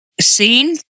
Seen